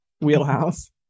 wheelhouse